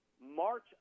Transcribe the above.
March